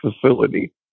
facility